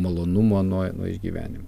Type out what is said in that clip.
malonumo nuo nuo išgyvenimų